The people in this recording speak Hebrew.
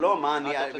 אפשר בלעדיו.